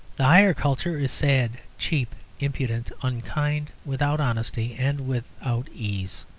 the higher culture is sad, cheap, impudent, unkind, without honesty and without ease.